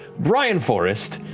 bryan forrest,